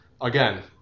again